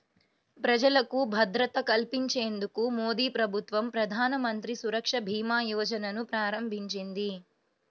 ప్రజలకు భద్రత కల్పించేందుకు మోదీప్రభుత్వం ప్రధానమంత్రి సురక్ష భీమా యోజనను ప్రారంభించింది